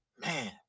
man